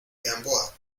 gamboa